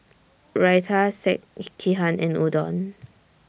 Raita Sekihan and Udon